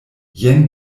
jen